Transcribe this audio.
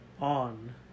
on